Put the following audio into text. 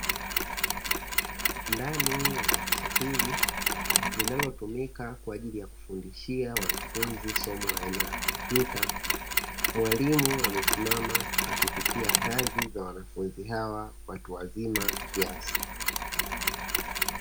Ndani ya darasa hili linalotumika kwa ajili ya kufundishia wanafunzi somo aina ya kompyuta. Mwalimu amesimama akipitia kazi za wanafunzi hawa watu wazima kiasi.